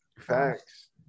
facts